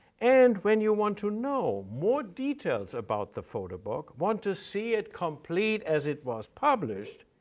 and when you want to know more details about the photo book, want to see it complete as it was published,